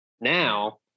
now